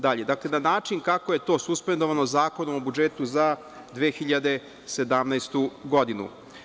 Dakle, na način kako je to suspendovano Zakonom o budžetu za 2017. godinu.